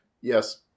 yes